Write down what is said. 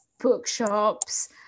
bookshops